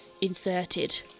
inserted